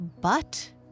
But